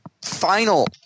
Final